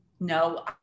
No